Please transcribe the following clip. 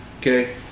okay